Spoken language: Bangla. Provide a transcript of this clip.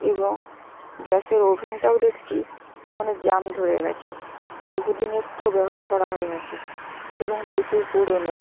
এবং গ্যাসের ওভেনটাও দেখছি অনেক জং ধরে গেছে বহুদিনের তো ব্যবহার করা হয়ে গেছে এবং প্রচুর পুরোনো